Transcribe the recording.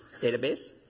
database